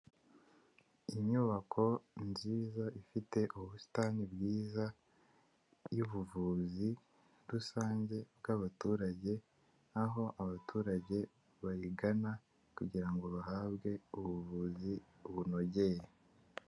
Inyubako nziza ifite ubusitani bwiza y'ubuvuzi rusange bw'abaturage aho abaturage bayigana kugira ngo bahabwe ubuvuzi bunogeye.